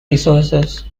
resources